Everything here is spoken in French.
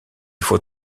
faut